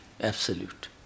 absolute